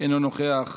אינה נוכחת,